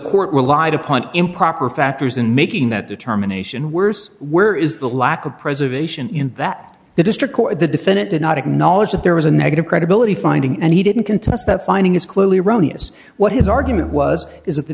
court relied upon improper factors in making that determination worse where is the lack of preservation in that the district court the defendant did not acknowledge that there was a negative credibility finding and he didn't contest that finding is clearly erroneous what his argument was is